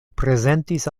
prezentis